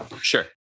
Sure